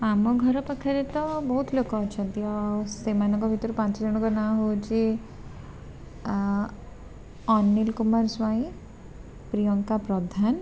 ଆମ ଘର ପାଖରେ ତ ବହୁତ ଲୋକ ଅଛନ୍ତି ତ ସେମାନଙ୍କ ଭିତରୁ ପାଞ୍ଚଜଣଙ୍କ ନାଁ ହେଉଛି ଅନିଲ କୁମାର ସ୍ୱାଇଁ ପ୍ରିୟଙ୍କା ପ୍ରଧାନ